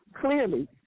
clearly